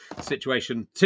situation